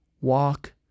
walk